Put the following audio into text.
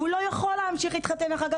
והוא לא יכול להמשיך להתחתן אחר כך.